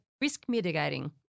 risk-mitigating